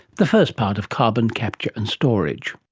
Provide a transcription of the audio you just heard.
the first part of carbon capture and storage.